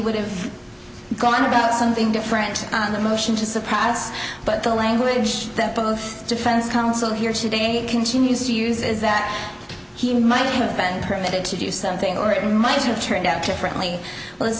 would have gone and done something different on the motion to surprise but the language that both defense counsel here today he continues use is that he might have been permitted to do something or it might have turned out differently